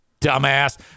Dumbass